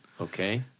okay